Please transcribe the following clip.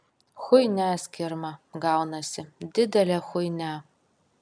chuinia skirma gaunasi didelė chuinia